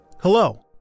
Hello